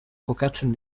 kokatzen